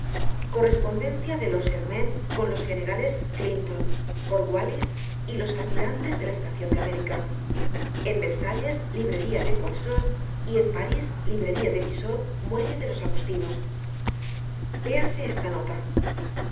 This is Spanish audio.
correspondencia de lord ger main con los generales clinton cornwalis y los almirantes de la esta cion de américa en ver salles librería de poinzot y en parís librería de pissot muelle de los agustinos véase esta nota